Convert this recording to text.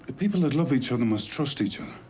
people that love each other must trust each other.